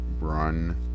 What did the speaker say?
run